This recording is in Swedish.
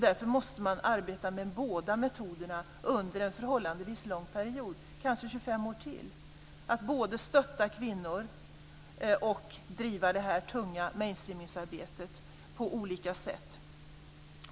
Därför måste man arbeta med båda metoderna under en förhållandevis lång period - kanske i ytterligare 25 år - för att både stötta kvinnor och driva det tunga mainstreamings-arbetet på olika sätt.